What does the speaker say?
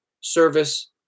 service